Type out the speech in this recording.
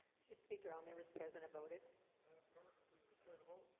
mr. speaker all members present about it clerk, please display the vote